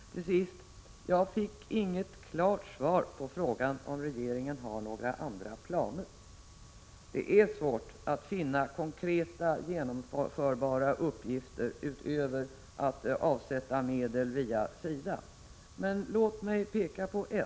Till sist: Jag fick inget klart svar på frågan om regeringen har några andra planer. Det är svårt att finna konkreta genomförbara uppgifter utöver att avsätta medel via SIDA, men låt mig peka på en.